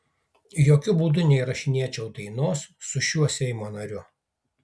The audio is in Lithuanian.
jokiu būdu neįrašinėčiau dainos su šiuo seimo nariu